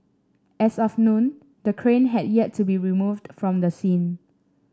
as of noon the crane had yet to be removed from the scene